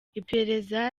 iperereza